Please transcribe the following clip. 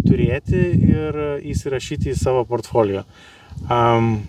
turėti ir įsirašyti į savo protfolijo am